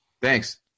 Thanks